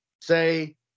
say